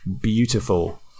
Beautiful